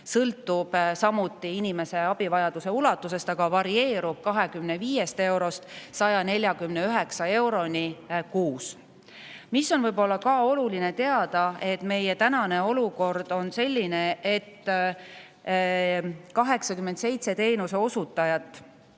sõltub samuti inimese abivajaduse ulatusest ja varieerub 25 eurost 149 euroni kuus. Mida on võib-olla oluline teada, on see, et praegune olukord on selline, et 87 teenuseosutajat